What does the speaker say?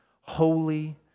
holy